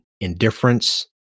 indifference